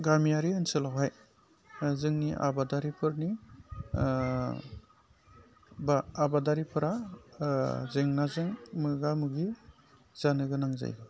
गामियारि ओनसोलावहाय जोंनि आबादारिफोरनि बा आबादारिफोरा जेंनाजों मोगा मोगि जानो गोनां जायो